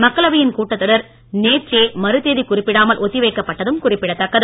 மக்களவையின் கூட்டத் தொடர் நேற்றே மறுதேதி குறிப்பிடாமல் ஒத்திவைக்கப் பட்டதும் குறிப்பிடத் தக்கது